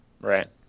Right